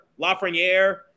Lafreniere